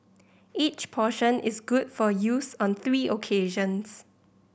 each portion is good for use on three occasions